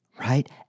right